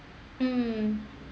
mm